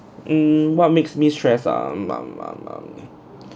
mm what makes me stress ah mm ah mm ah